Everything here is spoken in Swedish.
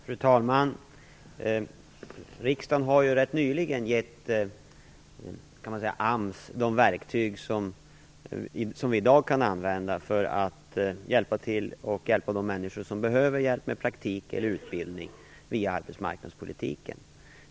Fru talman! Riksdagen har rätt nyligen givit AMS de verktyg som vi i dag kan använda för att bistå de människor som behöver hjälp med praktik eller utbildning via arbetsmarknadspolitiken.